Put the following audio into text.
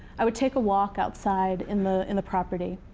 i would take a walk outside in the in the property,